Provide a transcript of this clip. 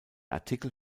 artikel